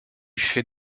fait